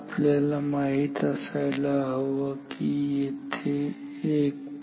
आपल्याला माहित असायला हवं की येथे 1